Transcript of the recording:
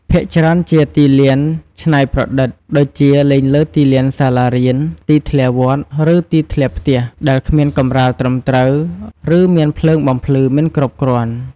ភាគច្រើនជាទីលានច្នៃប្រឌិត ដូចជាលេងលើទីធ្លាសាលារៀន ទីធ្លាវត្ត ឬទីធ្លាផ្ទះ ដែលគ្មានកម្រាលត្រឹមត្រូវ ឬមានភ្លើងបំភ្លឺមិនគ្រប់គ្រាន់។